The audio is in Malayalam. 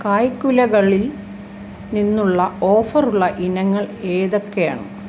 കായ്ക്കുലകളിൽ നിന്നുള്ള ഓഫറുള്ള ഇനങ്ങൾ ഏതൊക്കെയാണ്